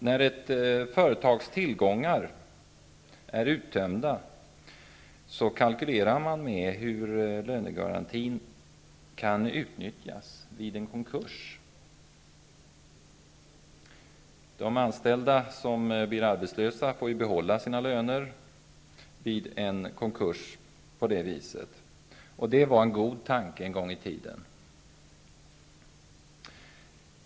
När ett företags tillgångar är uttömda kalkylerar man med hur lönegarantin kan utnyttjas vid en konkurs. De anställda som blir arbetslösa får på det viset behålla sina löner vid en konkurs, och det var en god tanke en gång i tiden.